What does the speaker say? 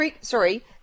Sorry